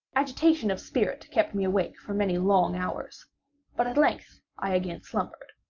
agitation of spirit kept me awake for many long hours but at length i again slumbered.